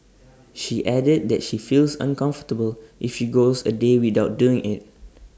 she added that she feels uncomfortable if she goes A day without doing IT